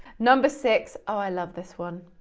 number six, oh, i love this one.